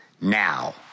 now